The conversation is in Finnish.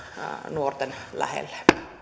nuorten lähelle